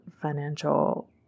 financial